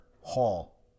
hall